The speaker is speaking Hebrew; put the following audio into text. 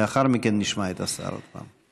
לאחר מכן נשמע את השר עוד פעם.